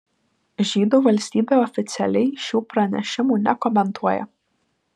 žydų valstybė oficialiai šių pranešimų nekomentuoja